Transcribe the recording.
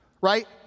Right